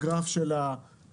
הגרף של ההרוגים,